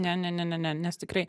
ne ne ne ne ne nes tikrai